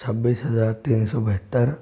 छब्बीस हज़ार तीन सौ बहत्तर